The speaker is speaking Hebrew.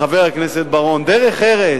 חבר הכנסת בר-און, דרך ארץ,